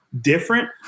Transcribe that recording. different